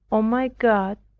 o my god,